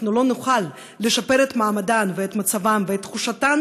לא נוכל לשפר את מעמדן ואת מצבן ואת תחושתן